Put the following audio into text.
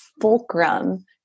fulcrum